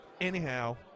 anyhow